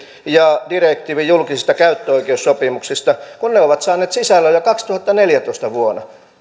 ja direktiivi julkisista käyttöoikeussopimuksista kun ne ovat saaneet sisällön jo vuonna kaksituhattaneljätoista